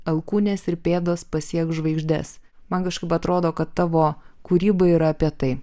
alkūnės ir pėdos pasieks žvaigždes man kažkaip atrodo kad tavo kūryba yra apie tai